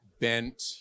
bent